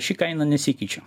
ši kaina nesikeičia